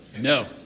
No